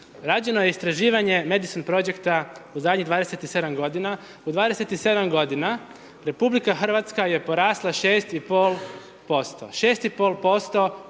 Rađeno je istraživanje Medi sin projekta u zadnjih 27 godina. U 27 godina RH je porasla 6,5%.